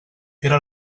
era